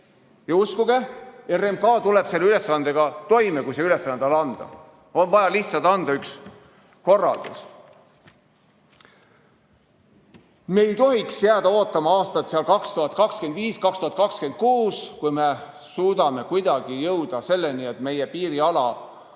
Ja uskuge, RMK tuleb selle ülesandega toime, kui see ülesanne anda! On vaja lihtsalt anda üks korraldus. Me ei tohiks jääda ootama aastat 2025 või 2026, kui me suudame kuidagi jõuda selleni, et meie piiriala